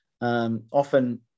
often